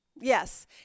Yes